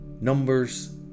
Numbers